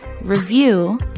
review